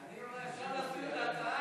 ההצעה להעביר את הנושא לוועדת העבודה,